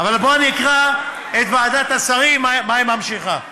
אבל בוא נקרא את דברי ועדת השרים, מה היא ממשיכה: